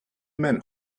men